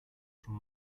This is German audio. schon